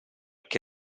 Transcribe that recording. che